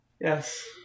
Yes